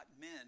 men